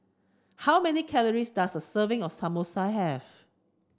how many calories does a serving of Samosa have